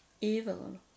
evil